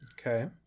Okay